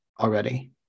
already